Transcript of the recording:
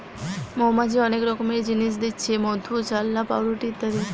মৌমাছি অনেক রকমের জিনিস দিচ্ছে মধু, চাল্লাহ, পাউরুটি ইত্যাদি